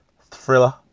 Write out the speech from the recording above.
thriller